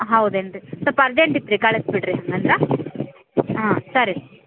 ಹೌದೇನು ರೀ ಸ್ವಲ್ಪ ಅರ್ಜೆಂಟ್ ಇತ್ರಿ ಕಳಿಸಿ ಬಿಡ್ರಿ ಹಂಗಂದ್ರೆ ಹಾಂ ಸರಿ